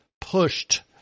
pushed